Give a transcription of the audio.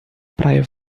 praia